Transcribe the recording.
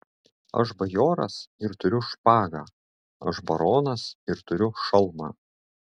aš bajoras ir turiu špagą aš baronas ir turiu šalmą